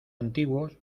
antiguos